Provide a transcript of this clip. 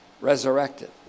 resurrected